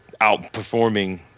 outperforming